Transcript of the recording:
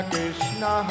Krishna